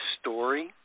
story